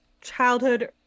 childhood